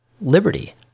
liberty